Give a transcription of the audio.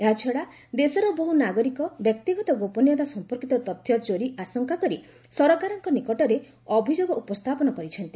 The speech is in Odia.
ଏହାଛଡ଼ା ଦେଶର ବହ୍ତ ନାଗରିକ ବ୍ୟକ୍ତିଗତ ଗୋପନୀୟତା ସଂପର୍କିତ ତଥ୍ୟ ଚୋରି ଆଶଙ୍କା କରି ସରକାରଙ୍କ ନିକଟରେ ଅଭିଯୋଗ ଉପସ୍ଥାପନ କରିଛନ୍ତି